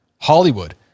Hollywood